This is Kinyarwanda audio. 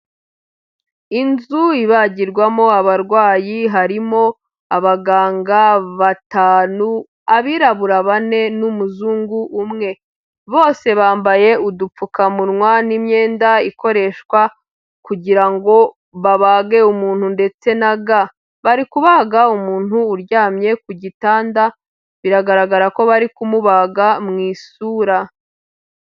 Inzu ibagirwamo abarwayi harimo abaganga batanu, abirabura bane n'umuzungu umwe, bose bambaye udupfukamunwa n'imyenda ikoreshwa kugira ngo babage umuntu ndetse ga, bari kubaga umuntu uryamye ku gitanda, biragaragara ko bari kumubaga mu isura.